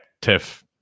tiff